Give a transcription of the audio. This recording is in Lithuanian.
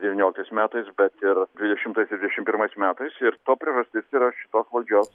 devynioliktais metais bet ir dvidešimtais ir dvidešim pirmais metais ir to priežastis yra šitos valdžios